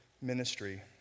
ministry